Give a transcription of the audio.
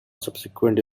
subsequent